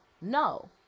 no